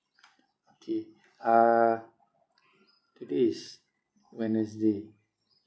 okay uh today is wednesday